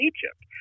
Egypt